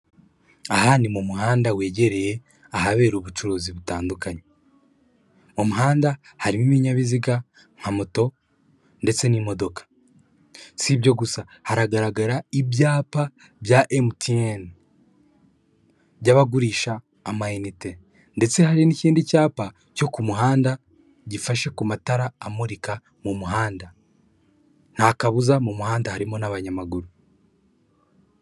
Aha ni mu muhanda wegereye ahabera ubucuruzi butandukanye, mu muhanda harimo ibinyabiziga nka moto ndetse n'imodoka. Sibyo gusa haragaragara ibyapa bya MTN by'abagurisha amayinite, ndetse hari n'ikindi cyapa cyo ku muhanda gifashe ku matara amurika mu muhanda, nta kabuza mu muhanda harimo n'abanyamaguru.